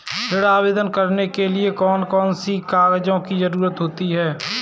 ऋण आवेदन करने के लिए कौन कौन से कागजों की जरूरत होती है?